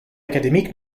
académique